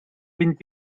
vint